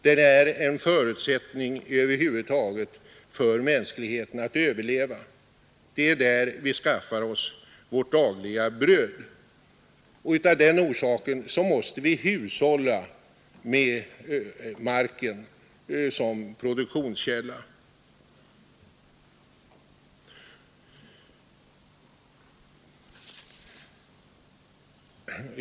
Den är över huvud taget en förutsättning för att mänskligheten skall kunna överleva. Det är där vi skaffar oss vårt dagliga bröd. Av den orsaken måste vi hushålla med marken som produktionskälla.